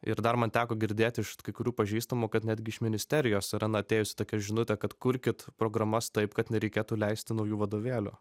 ir dar man teko girdėti iš kai kurių pažįstamų kad netgi iš ministerijos yra na atėjusi tokia žinutė kad kurkit programas taip kad nereikėtų leisti naujų vadovėlių